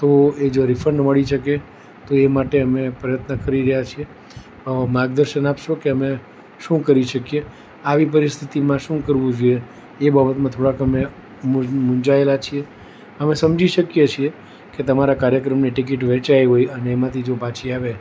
તો એ જો રિફન્ડ મળી શકે તો એ માટે અમે પ્રયત્ન કરી રહ્યા છીએ માર્ગદર્શન આપશો કે અમે શું કરી શકીએ આવી પરિસ્થિતિમાં શું કરવું જોઈએ એ બાબતમાં થોડાક અમે મુંઝાયેલા છીએ અમે સમજી શકીએ છીએ કે તમારા કાર્યક્રમની ટિકિટ વેચાઈ હોય અને એમાંથી જો પાછી આવે